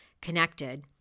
connected